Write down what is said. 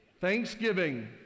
Thanksgiving